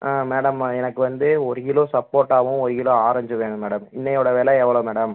ஆ madam எனக்கு வந்து ஒரு கிலோ சப்போட்டாவும் ஒரு கிலோ ஆரஞ்சும் வேணும் மேடம் இன்றையோட விலை எவ்வளோ மேடம்